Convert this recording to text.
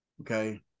Okay